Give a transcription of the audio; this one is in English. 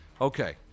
Okay